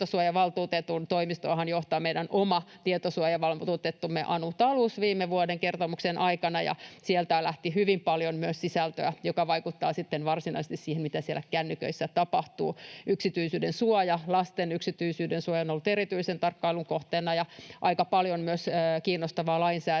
tietosuojavaltuutetun toimistoahan johti meidän oma tietosuojavaltuutettumme Anu Talus viime vuoden kertomuksien aikana, ja sieltä lähti hyvin paljon myös sisältöä, joka vaikuttaa sitten varsinaisesti siihen, mitä siellä kännyköissä tapahtuu. Yksityisyydensuoja, lasten yksityisyydensuoja, on ollut erityisen tarkkailun kohteena, ja aika paljon on myös kiinnostavaa lainsäädäntöä,